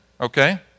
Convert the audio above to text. Okay